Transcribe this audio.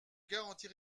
garantir